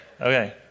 Okay